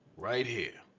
right here.